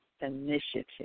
Initiative